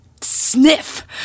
sniff